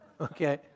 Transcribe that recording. Okay